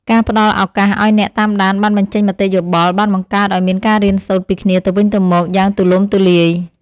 ការផ្ដល់ឱកាសឱ្យអ្នកតាមដានបានបញ្ចេញមតិយោបល់បានបង្កើតឱ្យមានការរៀនសូត្រពីគ្នាទៅវិញទៅមកយ៉ាងទូលំទូលាយ។